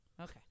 Okay